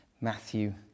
Matthew